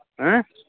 ہہ